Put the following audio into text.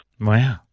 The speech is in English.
Wow